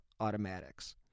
automatics